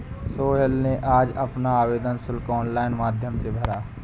सोहेल ने आज अपना आवेदन शुल्क ऑनलाइन माध्यम से भरा